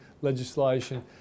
legislation